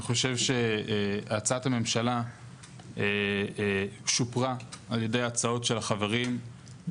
אני חושב שהצעת הממשלה שופרה על ידי ההצעות של החברים.